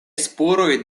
spuroj